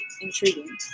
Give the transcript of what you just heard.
intriguing